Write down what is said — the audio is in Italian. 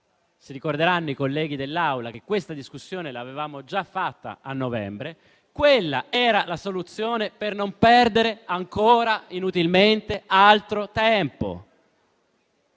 si ricorderanno i colleghi dell'Aula che questa discussione l'avevamo già fatta a novembre - per non perdere ancora inutilmente altro tempo.